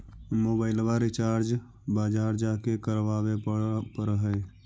मोबाइलवा रिचार्ज बजार जा के करावे पर है?